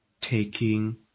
taking